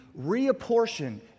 reapportion